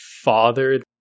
father